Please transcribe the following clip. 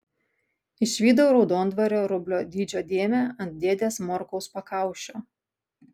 išvydau raudonvario rublio dydžio dėmę ant dėdės morkaus pakaušio